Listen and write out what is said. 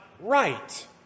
right